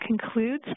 concludes